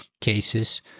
cases